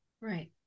Right